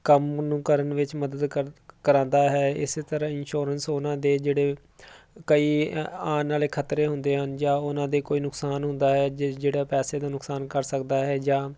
ਕੰਮ ਨੂੰ ਕਰਨ ਵਿੱਚ ਮਦਦ ਕਰ ਕਰਾਉਂਦਾ ਹੈ ਇਸੇ ਤਰ੍ਹਾਂ ਇੰਸ਼ੋਰੈਂਸ ਉਹਨਾਂ ਦੇ ਜਿਹੜੇ ਕਈ ਆਉਣ ਵਾਲੇ ਖਤਰੇ ਹੁੰਦੇ ਹਨ ਜਾਂ ਉਹਨਾਂ ਦੇ ਕੋਈ ਨੁਕਸਾਨ ਹੁੰਦਾ ਹੈ ਜੇ ਜਿਹੜਾ ਪੈਸੇ ਦਾ ਨੁਕਸਾਨ ਕਰ ਸਕਦਾ ਹੈ ਜਾਂ